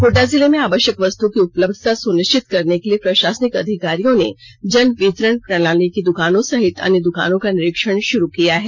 गोड्डा जिले में आवष्यक वस्तुओं की उपलब्यता सुनिष्चित करने के लिए प्रषासनिक अधिकारियों ने जनवितरण प्रणाली की दुकानों सहित अन्य दुकानों का निरीक्षण शुरू किया है